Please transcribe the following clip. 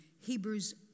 Hebrews